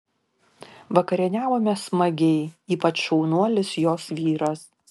vakarieniavome smagiai ypač šaunuolis jos vyras